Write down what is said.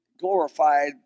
glorified